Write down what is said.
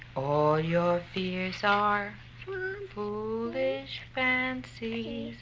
all your fears are foolish fancy.